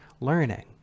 learning